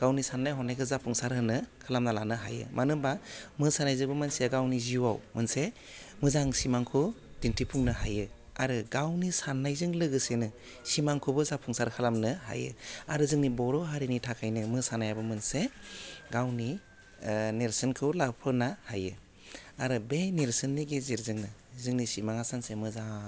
गावनि सान्नाय हनायखौ जाफुंसार होनो खालामना लानो हायो मानो होमबा मोसानायजोंबो मानसिया गावनि जिउआव मोनसे मोजां सिमांखौ दिन्थिफुंनो हायो आरो गावनि सान्नायजों लोगोसेनो सिमांखौबो जाफुंसार खालामनो हायो आरो जोंनि बर' हारिनि थाखाइनो मोसानायाबो मोनसे गावनि ओह नेरसोनखौ लाफोनो हायो आरो बे नेरसोननि गेजेरजोंनो जोंनि सिमाङा सानसे मोजां